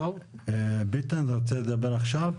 ביטן, רוצה לדבר עכשיו?